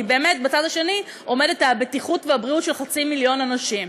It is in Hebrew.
כי באמת בצד השני עומדת הבטיחות והבריאות של חצי מיליון אנשים.